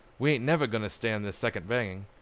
we ain't never goin' to stand this second banging.